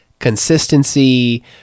consistency